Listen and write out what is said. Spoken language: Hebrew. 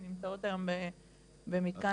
שנמצאות היום במתקן יהלו"ם.